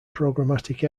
programmatic